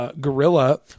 Gorilla